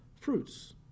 fruits